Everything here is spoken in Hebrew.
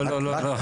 לא, לא.